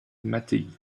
mattei